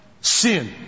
sin